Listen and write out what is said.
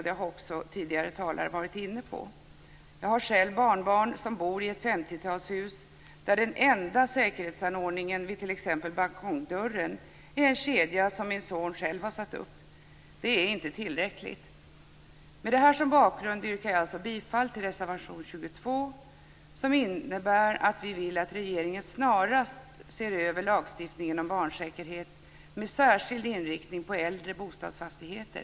Det har också tidigare talare varit inne på. Jag har själv barnbarn som bor i ett 50-talshus där den enda säkerhetsanordningen vid t.ex. balkongdörren är en kedja som min son själv har satt upp. Det är inte tillräckligt. Med detta som bakgrund yrkar jag alltså bifall till reservation 22, som innebär att vi vill att regeringen snarast ser över lagstiftningen om barnsäkerhet, med särskild inriktning på äldre bostadsfastigheter.